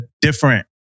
different